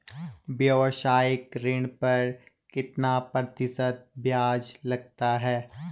व्यावसायिक ऋण पर कितना प्रतिशत ब्याज लगता है?